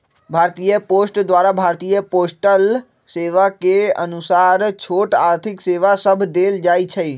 भारतीय पोस्ट द्वारा भारतीय पोस्टल सेवा के अनुसार छोट आर्थिक सेवा सभ देल जाइ छइ